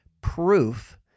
proof